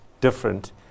different